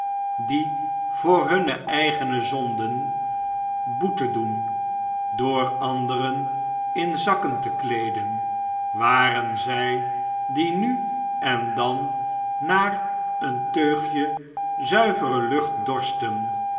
die voor hunne eigene zonden boete doen door anderen in zakken te kleeden waren zij die nu en dan naar een teugje zuivere lucht dorstten